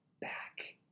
back